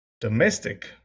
domestic